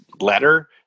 letter